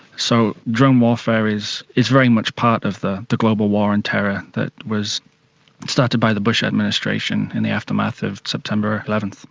so drone warfare is is very much part of the the global war on terror that was started by the bush administration in the aftermath of september eleven.